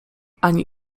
ani